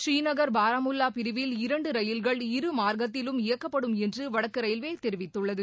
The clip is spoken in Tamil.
புரீநகர் பாரமுல்லா பிரிவில் இரண்டு ரயில்கள் இருமார்க்கத்திலும் இயக்கப்படும் என்று வடக்கு ரயில்வே தெரிவித்துள்ளது